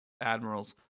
admirals